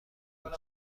بود